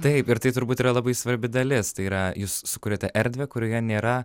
taip ir tai turbūt yra labai svarbi dalis tai yra jūs sukuriate erdvę kurioje nėra